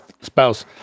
spouse